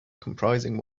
comprising